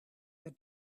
that